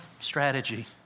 strategy